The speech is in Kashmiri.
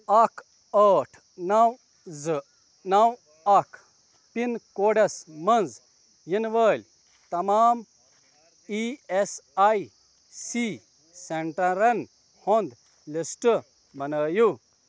اکھ ٲٹھ نو زٕ نو اکھ پِن کوڈس مَنٛز یِنہٕ وٲلۍ تمام ایی ایس آیۍ سی سینٹرن ہُنٛد لسٹ بنٲیِو